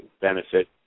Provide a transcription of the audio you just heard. benefit